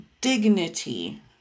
dignity